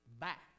back